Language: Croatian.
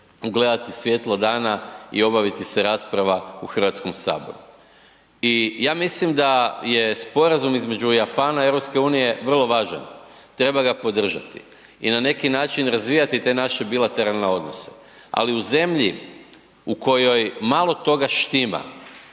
ugledati svjetlo dana i obaviti se rasprava u Hrvatskom saboru. I ja mislim da je sporazum između Japana i EU vrlo važan, treba ga podržati i na neki način razvijati te naše bilateralne odnose, ali u zemlji u kojoj malo toga štima